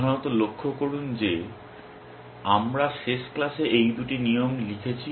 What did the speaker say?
প্রধানত লক্ষ্য করুন যে আমরা শেষ ক্লাসে এই দুটি নিয়ম লিখেছি